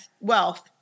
wealth